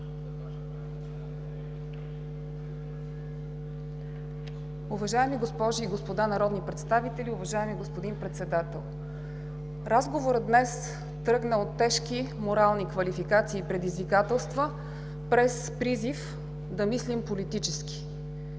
Уважаеми госпожи и господа народни представители, уважаеми господин Председател! Разговорът днес тръгна от тежки морални квалификации и предизвикателства, през призив да мислим политически.